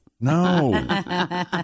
no